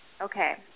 Okay